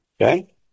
okay